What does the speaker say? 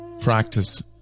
practice